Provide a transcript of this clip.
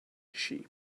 sheep